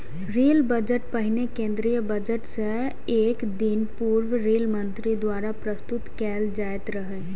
rail budget पहिने केंद्रीय budget सं एक दिन पूर्व रेल मंत्री द्वारा प्रस्तुत कैल जाइत रहै